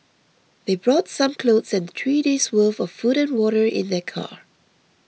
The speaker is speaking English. they brought some clothes and three days worth of food and water in their car